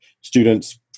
students